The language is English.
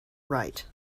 right